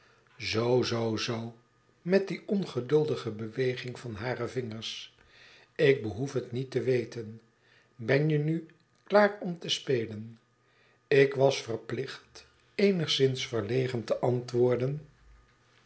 zoo zoo zoo met die ongeduldige beweging van hare vingers ik behoef het niet te weten ben je nu klaar om te spelen ik was verplicht eenigszins verlegen te antwoorden